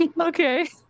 Okay